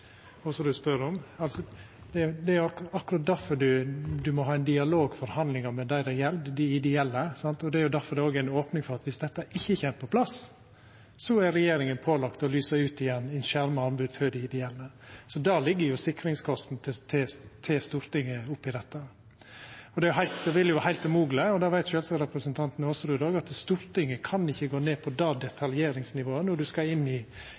spør om. Det er akkurat difor ein må ha ein dialog, forhandlingar, med dei det gjeld, dei ideelle, og det er difor det er ei opning for at dersom dette ikkje kjem på plass, er regjeringa pålagd å lysa ut igjen eit skjerma anbod for dei ideelle. Der ligg sikringskosten til Stortinget oppi dette. Det ville vera heilt umogleg, og det veit sjølvsagt representanten Aasrud også, for Stortinget å gå ned på det detaljnivået når ein skal inn i